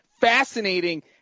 fascinating